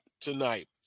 tonight